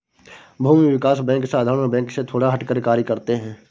भूमि विकास बैंक साधारण बैंक से थोड़ा हटकर कार्य करते है